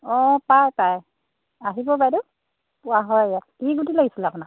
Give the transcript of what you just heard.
অঁ পায় পায় আহিব বাইদেউ পোৱা হয় ইয়াত কি গুটি লাগিছিল আপোনাক